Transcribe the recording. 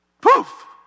poof